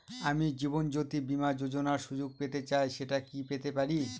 আমি জীবনয্যোতি বীমা যোযোনার সুযোগ পেতে চাই সেটা কি পেতে পারি?